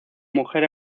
mujer